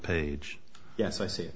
page yes i see